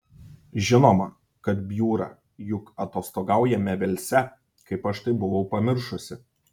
žinoma kad bjūra juk atostogaujame velse kaip aš tai buvau pamiršusi